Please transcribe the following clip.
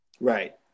Right